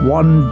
one